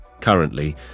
Currently